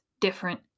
different